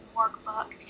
workbook